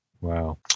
wow